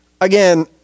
again